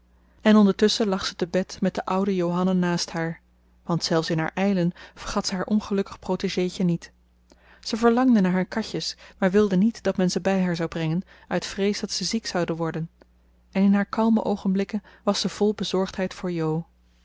en ondertusschen lag ze te bed met de oude johanna naast haar want zelfs in haar ijlen vergat zij haar ongelukkig protégeetje niet ze verlangde naar haar katjes maar wilde niet dat men ze bij haar zou brengen uit vrees dat ze ziek zouden worden en in haar kalme oogenblikken was ze vol bezorgdheid voor jo